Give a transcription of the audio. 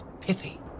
pithy